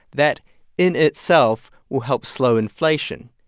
that in itself will help slow inflation.